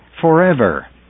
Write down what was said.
forever